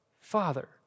Father